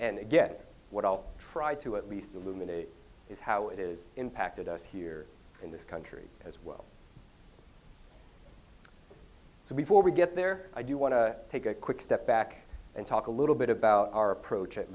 again what i'll try to at least illuminate is how it is impacted us here in this country as well so before we get there i do want to take a quick step back and talk a little bit about our approach at